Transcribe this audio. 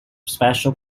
special